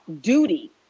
duty